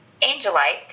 Angelite